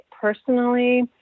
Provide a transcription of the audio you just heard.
personally